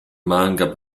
manga